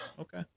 okay